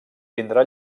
tindrà